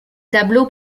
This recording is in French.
tableaux